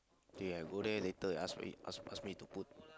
okay I go there later ask me to put